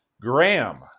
Graham